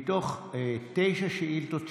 מתוך תשע שאילתות שלך,